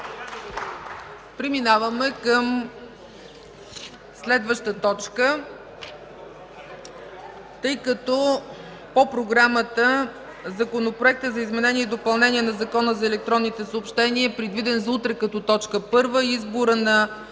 Преминаваме към следващата точка.